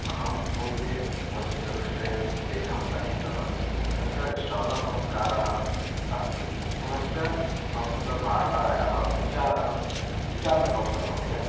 अहं पूर्वे वर्षचतुष्टयं वेदम् अधीतवान् तत्र श्रवणसंस्कारः अस्ति पुनश्च संस्कृतभाषायाः उच्चारणम् उच्चारणकौशलमपि अस्ति